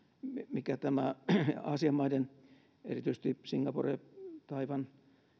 mitä nämä aasian maiden erityisesti singaporen taiwanin ja